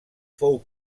fou